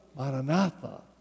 Maranatha